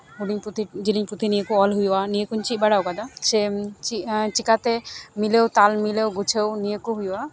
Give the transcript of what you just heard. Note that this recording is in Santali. ᱦᱩᱰᱤᱧ ᱯᱩᱛᱷᱤ ᱡᱮᱞᱮᱧ ᱯᱩᱛᱷᱤ ᱱᱤᱭᱟᱹ ᱠᱚ ᱚᱞ ᱦᱩᱭᱩᱜᱼᱟ ᱱᱤᱭᱟᱹᱠᱚᱧ ᱪᱮᱫ ᱵᱟᱟᱣ ᱠᱟᱫᱟ ᱥᱮ ᱪᱤᱠᱟᱛᱮ ᱛᱟᱞ ᱢᱤᱞᱟᱹᱣ ᱜᱩᱪᱷᱟᱹᱣ ᱱᱤᱭᱟᱹ ᱠᱚ ᱦᱩᱭᱩᱜᱼᱟ